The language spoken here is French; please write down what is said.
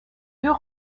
deux